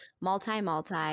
Multi-Multi